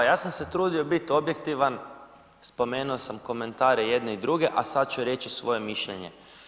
Ja sam se trudio bit objektivan, spomenuo sam komentare jedne i druge, a sad ću reći svoje mišljenje.